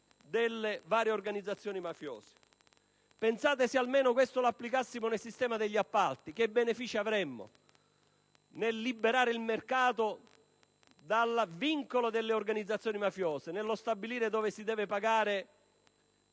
delle varie organizzazioni mafiose. Se questo lo applicassimo almeno nel sistema degli appalti, pensate che benefici avremmo nel liberare il mercato dal vincolo delle organizzazioni mafiose, nello stabilire dove si devono pagare